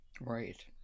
Right